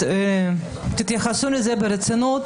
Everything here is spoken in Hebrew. מבקשת שתתייחסו לזה ברצינות,